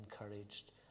encouraged